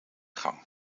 gang